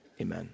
amen